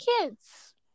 kids